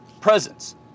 presence